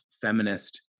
feminist